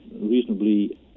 reasonably